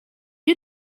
you